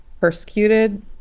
persecuted